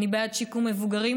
אני בעד שיקום מבוגרים,